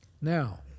Now